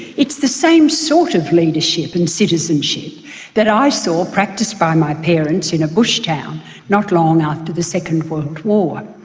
it's the same sort of leadership and citizenship that i saw practised by my parents in a bush town not long after the second world war.